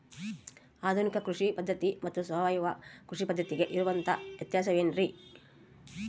ಆಧುನಿಕ ಕೃಷಿ ಪದ್ಧತಿ ಮತ್ತು ಸಾವಯವ ಕೃಷಿ ಪದ್ಧತಿಗೆ ಇರುವಂತಂಹ ವ್ಯತ್ಯಾಸ ಏನ್ರಿ?